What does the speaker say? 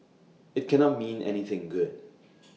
IT cannot mean anything good